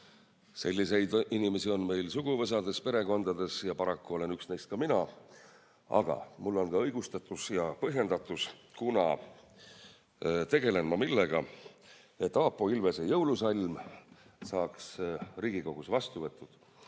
Selliseid inimesi on meil suguvõsades, perekondades ja paraku olen üks neist ka mina. Aga mul on õigustus ja põhjendus, kuna tegelen ma millega? Sellega, et Aapo Ilvese jõulusalm saaks Riigikogus vastu võetud.